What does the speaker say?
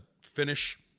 finish